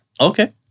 Okay